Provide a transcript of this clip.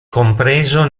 compreso